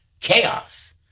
chaos